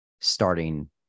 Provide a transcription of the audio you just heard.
starting